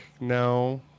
No